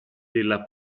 della